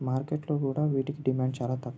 మార్కెట్లో కూడా వీటికి డిమాండ్ చాలా తక్కువ